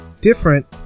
different